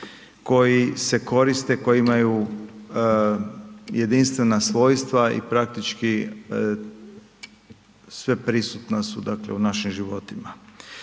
koji se koriste, koji imaju jedinstvena svojstva i praktički sve prisutna su u našim životima.